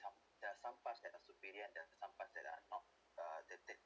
some there're some part that are superior and there're some part that are not uh that that